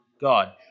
God